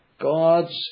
God's